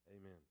amen